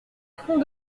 fond